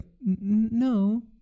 no